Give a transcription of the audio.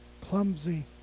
clumsy